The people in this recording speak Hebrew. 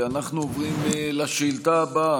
אנחנו עוברים לשאילתה הבאה.